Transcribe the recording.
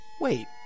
Wait